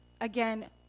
again